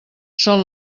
són